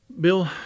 Bill